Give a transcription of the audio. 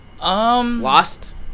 Lost